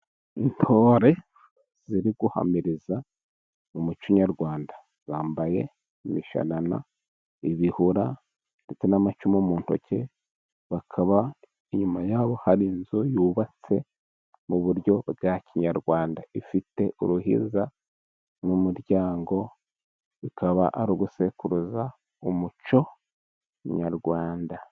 Intore ziri guhamiriza mu muco nyarwanda, zambaye imishanana, ibihura ndetse n'amacumu mu ntoki, bakaba inyuma y'abo hari inzu yubatse mu buryo bwa kinyarwanda, ifite uruhinza n'umuryango, bikaba ari ugusekuruza umuco nyarwanda.